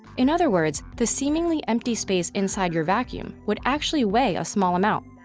in other words, the seemingly empty space inside your vacuum would actually weigh a small amount.